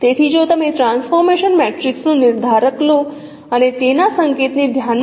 તેથી જો તમે ટ્રાન્સફોર્મેશન મેટ્રિક્સ નો નિર્ધારક લો અને તેના સંકેત ને ધ્યાન માં લો